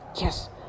Yes